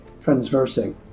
transversing